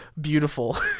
beautiful